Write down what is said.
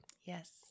Yes